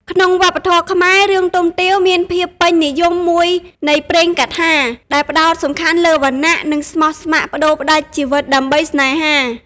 ក្នុងវប្បធម៌ខ្មែរ រឿង ទុំទាវ មានភាពពេញនិយមមួយនៃព្រេងកថា ដែលផ្តោតសំខាន់លើវណ្ណះ និងស្មោះស្ម័គ្រប្តូរផ្តាច់ជីវិតដើម្បីស្នេហា។